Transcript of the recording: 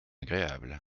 agréable